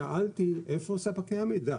שאלתי איפה ספקי המידע,